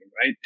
right